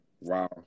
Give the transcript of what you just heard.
Wow